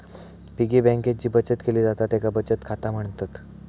piggy बँकेत जी बचत केली जाता तेका बचत खाता म्हणतत